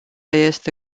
este